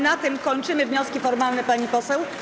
Na tym kończymy wnioski formalne, pani poseł.